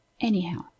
Anyhow